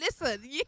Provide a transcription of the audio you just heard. listen